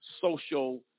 social